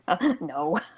No